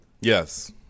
Yes